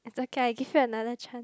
it's okay I give you another chance